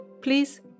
Please